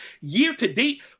year-to-date